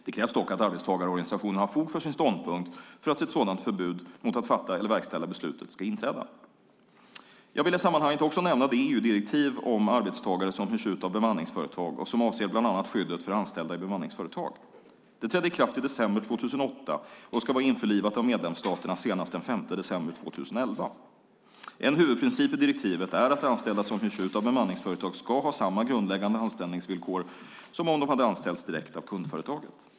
Det krävs dock att arbetstagarorganisationen har fog för sin ståndpunkt för att ett sådant förbud mot att fatta eller verkställa beslutet ska inträda. Jag vill i sammanhanget också nämna EU-direktivet om arbetstagare som hyrs ut av bemanningsföretag, vilket avser bland annat skyddet för anställda i bemanningsföretag. Det trädde i kraft i december 2008 och ska vara införlivat av medlemsstaterna senast den 5 december 2011. En huvudprincip i direktivet är att anställda som hyrs ut av bemanningsföretag ska ha samma grundläggande anställningsvillkor som om de hade anställts direkt av kundföretaget.